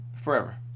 Forever